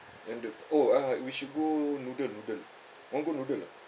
and the oh uh we should go noodle noodle want to go noodle ah